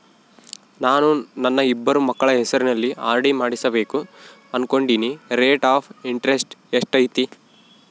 ನಾನು ನನ್ನ ಇಬ್ಬರು ಮಕ್ಕಳ ಹೆಸರಲ್ಲಿ ಆರ್.ಡಿ ಮಾಡಿಸಬೇಕು ಅನುಕೊಂಡಿನಿ ರೇಟ್ ಆಫ್ ಇಂಟರೆಸ್ಟ್ ಎಷ್ಟೈತಿ?